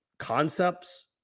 Concepts